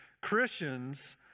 Christians